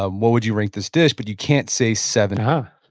um what would you rate this dish but you can't say seven. and